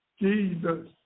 Jesus